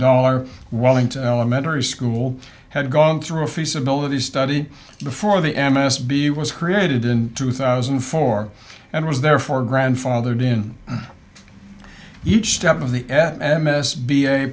dollars wiling to elementary school had gone through a feasibility study before the m s b was created in two thousand and four and was therefore grandfathered in each step of the